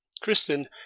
Kristen